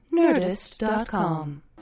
Nerdist.com